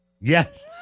Yes